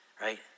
right